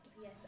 Yes